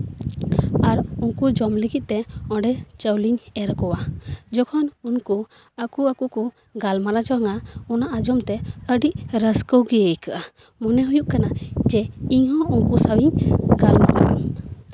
ᱟᱨ ᱩᱱᱠᱩ ᱡᱚᱢ ᱞᱟᱹᱜᱤᱫ ᱛᱮ ᱚᱸᱰᱮ ᱪᱟᱣᱞᱮᱧ ᱮᱨ ᱠᱚᱣᱟ ᱡᱚᱠᱷᱚᱱ ᱩᱱᱠᱩ ᱟᱠᱚᱼᱟᱠᱚ ᱠᱚ ᱜᱟᱞᱢᱟᱨᱟᱣ ᱡᱚᱝᱼᱟ ᱚᱱᱟ ᱟᱸᱡᱚᱢ ᱛᱮ ᱟᱹᱰᱤ ᱨᱟᱹᱥᱠᱟᱹ ᱜᱮ ᱟᱹᱭᱠᱟᱹᱜᱼᱟ ᱢᱚᱱᱮ ᱦᱩᱭᱩᱜ ᱠᱟᱱᱟ ᱡᱮ ᱤᱧᱦᱚᱸ ᱩᱱᱠᱩ ᱥᱟᱶᱤᱧ ᱜᱟᱞᱢᱟᱨᱟᱜᱼᱟ